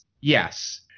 Yes